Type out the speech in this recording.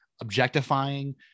objectifying